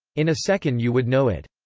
in a second you would know it.